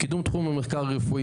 קידום תחום המחקר הרפואי.